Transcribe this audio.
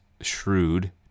shrewd